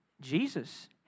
Jesus